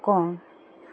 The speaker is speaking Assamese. কওঁ